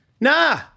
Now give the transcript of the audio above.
Nah